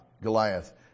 Goliath